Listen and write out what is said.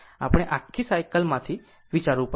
આપણે આખી સાયકલ માંથી વિચારવું પડશે